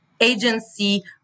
agency